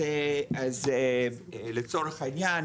אז לצורך העניין,